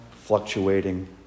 fluctuating